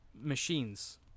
machines